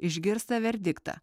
išgirsta verdiktą